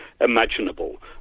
imaginable